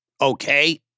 okay